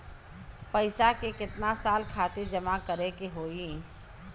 पैसा के कितना साल खातिर जमा करे के होइ?